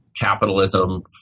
capitalism